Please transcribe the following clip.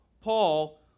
Paul